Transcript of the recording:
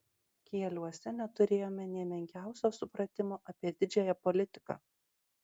kieliuose neturėjome nė menkiausio supratimo apie didžiąją politiką